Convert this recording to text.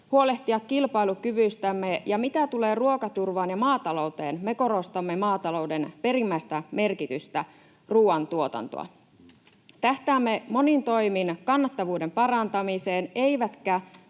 huolehtia kilpailukyvystämme. Ja mitä tulee ruokaturvaan ja maatalouteen, me korostamme maatalouden perimmäistä merkitystä, ruuantuotantoa. Tähtäämme monin toimin kannattavuuden parantamiseen, eivätkä